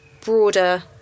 broader